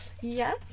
Yes